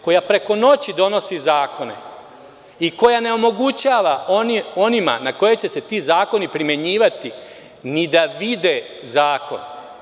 Koja preko noći donosi zakone i koja ne omogućava onima na koje će se ti zakoni primenjivati ni da vide zakon.